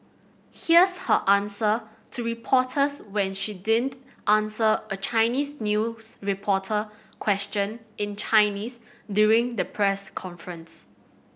here's her answer to reporters when she didn't answer a Chinese news reporter question in Chinese during the press conference